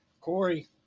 Corey